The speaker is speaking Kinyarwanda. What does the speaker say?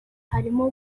harimo